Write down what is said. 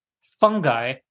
fungi